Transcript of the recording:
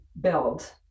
build